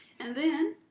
and then,